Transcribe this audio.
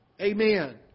Amen